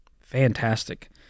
Fantastic